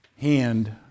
hand